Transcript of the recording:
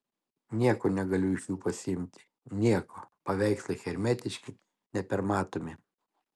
nieko negaliu iš jų pasiimti nieko paveikslai hermetiški nepermatomi